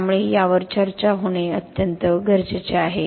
त्यामुळे यावर चर्चा होणे अत्यंत गरजेचे आहे